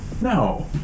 No